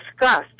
discussed